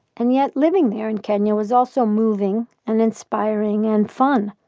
and yet living there, in kenya, was also moving and inspiring and, fun.